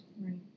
Right